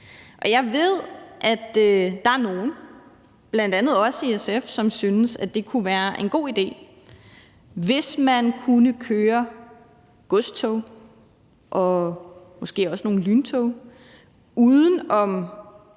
Jeg ved, at der er nogle, bl.a. os i SF, som synes, at det kunne være en god idé, hvis man kunne køre godstog og måske også nogle lyntog uden om